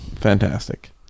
Fantastic